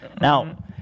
Now